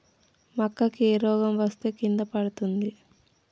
మక్కా కి ఏ రోగం వస్తే కింద పడుతుంది?